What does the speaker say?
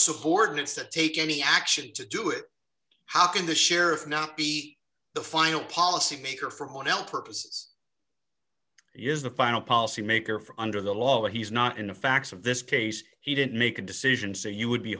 subordinates to take any action to do it how can the sheriff not be the final policy maker for what el purpose yes the final policy maker for under the law he's not in the facts of this case he didn't make a decision so you would be